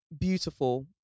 beautiful